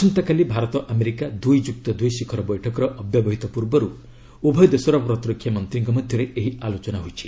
ଆସନ୍ତାକାଲି ଭାରତ ଆମେରିକା ଦୁଇ ଯୁକ୍ତ ଦୁଇ ଶିଖର ବୈଠକର ଅବ୍ୟବହିତ ପୂର୍ବରୁ ଉଭୟ ଦେଶର ପ୍ରତିରକ୍ଷା ମନ୍ତ୍ରୀଙ୍କ ମଧ୍ୟରେ ଏହି ଆଲୋଚନା ହୋଇଛି